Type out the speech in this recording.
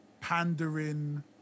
pandering